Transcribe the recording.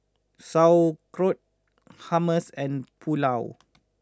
Sauerkraut Hummus and Pulao